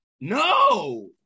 No